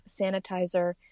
sanitizer